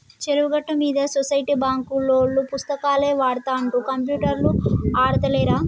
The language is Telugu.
చెరువు గట్టు మీద సొసైటీ బాంకులోల్లు పుస్తకాలే వాడుతుండ్ర కంప్యూటర్లు ఆడుతాలేరా